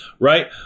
right